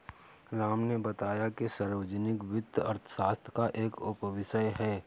राम ने बताया कि सार्वजनिक वित्त अर्थशास्त्र का एक उपविषय है